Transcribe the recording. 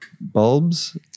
bulbs